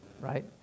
Right